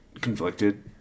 conflicted